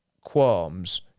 qualms